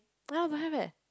ya don't have eh